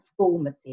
transformative